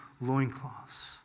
loincloths